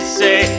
say